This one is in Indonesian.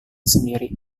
sendiri